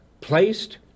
placed